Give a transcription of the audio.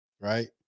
Right